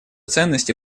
ценности